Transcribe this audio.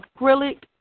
acrylic